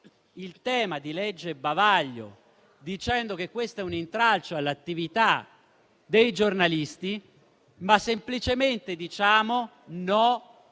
il tema della legge bavaglio dicendo che questo è un intralcio all'attività dei giornalisti, ma semplicemente diciamo «no»